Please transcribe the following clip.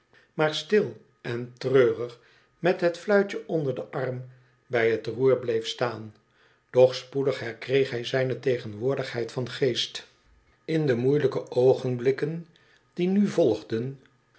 maar stil en treurig met het fluitje onder den arm bij het roer bleef staan doch spoedig herkreeg hij zijne tegenwoordigheid van geest in de moeiehjke oogenblikken die nu volgdon